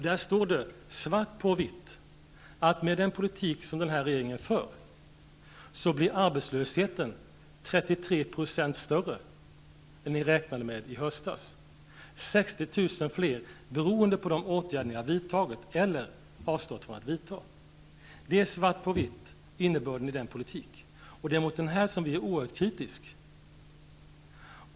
Där står det svart på vitt att med den politik som den här regeringen för blir arbetslösheten 33 % större än vad ni räknade med i höstas. Det är 60 000 fler beroende på de åtgärder ni har vidtagit eller avstått från att vidta. Det är svart på vitt innebörden i den politiken, och det är mot den som vi är oerhört kritiska.